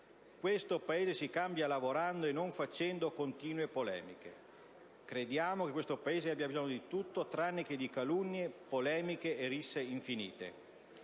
Questo Paese si cambia lavorando e non facendo continue polemiche. Crediamo che il Paese abbia bisogna di tutto, tranne che di calunnie, polemiche e risse infinite.